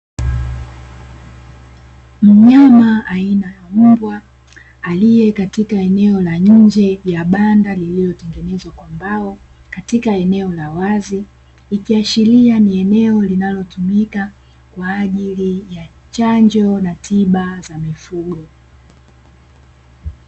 Mnyama aina ya mbwa alie katika eneo la nje ya banda lililo, tengenezwa kwa mbao katika eneo la wazi, ikiashiria ni eneo linalo tumika kwa ajili ya chanjo na tiba za mifugo.